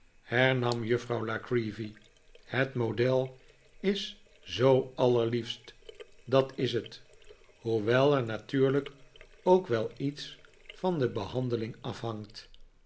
hernam juffrouw la creevy het model is zoo allerliefst dat is het hoewel er natuurlijk ook wel iets van de behandeling afhangt